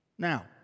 Now